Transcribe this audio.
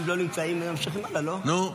לא נמצאים, ממשיכים הלאה, לא?